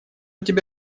тебе